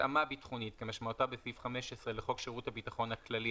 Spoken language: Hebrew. "התאמה ביטחונית" כמשמעותה בסעיף 15 לחוק שירות הביטחון הכללי,